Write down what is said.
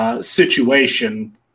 situation